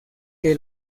que